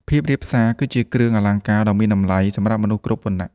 ភាពរាបសារគឺជាគ្រឿងអលង្ការដ៏មានតម្លៃសម្រាប់មនុស្សគ្រប់វណ្ណៈ។